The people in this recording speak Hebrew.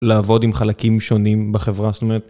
לעבוד עם חלקים שונים בחברה, זאת אומרת